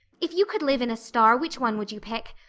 if you could live in a star, which one would you pick?